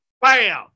Bam